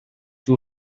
too